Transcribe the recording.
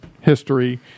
history